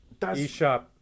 eShop